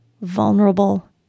vulnerable